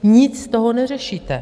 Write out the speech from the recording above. Nic z toho neřešíte.